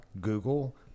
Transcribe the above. Google